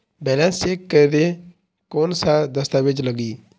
Balance check करें कोन सा दस्तावेज लगी?